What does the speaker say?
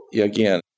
again